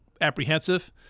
apprehensive